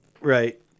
Right